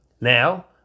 Now